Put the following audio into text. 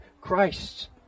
Christ